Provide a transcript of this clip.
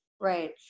right